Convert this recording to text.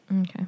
okay